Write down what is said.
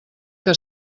que